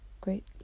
Great